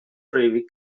prohibit